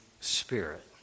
Spirit